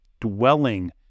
dwelling